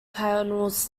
panels